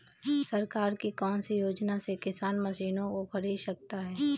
सरकार की कौन सी योजना से किसान मशीनों को खरीद सकता है?